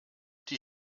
die